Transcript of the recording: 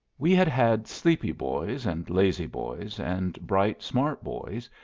we had had sleepy boys, and lazy boys, and bright, smart boys,